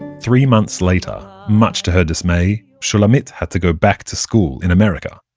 three months later, much to her dismay, shulamit had to go back to school in america.